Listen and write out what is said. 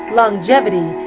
longevity